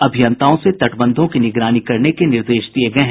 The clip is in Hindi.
अभियंताओं को तटबंधों की निगरानी करने के निर्देश दिये गये हैं